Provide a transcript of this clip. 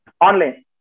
online